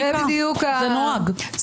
זה נוהג.